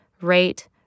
rate